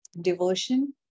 devotion